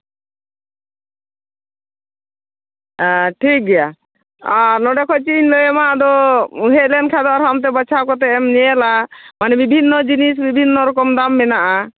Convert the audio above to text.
ᱴᱷᱤᱠ ᱜᱮᱭᱟ ᱱᱚᱰᱮ ᱠᱷᱚᱡ ᱪᱮᱫ ᱤᱧ ᱞᱟᱹᱭᱟᱢᱟ ᱟᱫᱚ ᱦᱮᱡ ᱞᱮᱱ ᱠᱷᱟᱡ ᱟᱨᱦᱚᱸ ᱟᱢᱛᱮ ᱵᱟᱪᱷᱟᱣ ᱠᱟᱛᱮᱫ ᱮᱢ ᱧᱮᱞᱟ ᱢᱟᱱᱮ ᱵᱤᱵᱷᱤᱱᱱᱚ ᱡᱤᱱᱤᱥ ᱵᱤᱵᱷᱤᱱᱱᱚ ᱨᱚᱠᱚᱢ ᱫᱟᱢ ᱢᱮᱱᱟᱜᱼᱟ